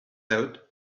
out